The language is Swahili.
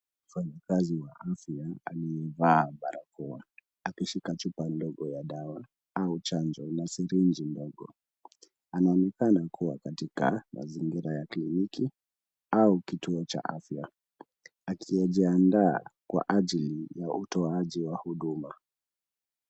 Mfanyikazi wa afya aliyevaa barakoa akishika chupa ndogo ya dawa au chanjo na sirinji ndogo. Yuko katika mazingira ya kliniki au kituo cha afya, akijiandaa kwa ajili ya utoajiwa huduma.